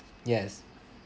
yes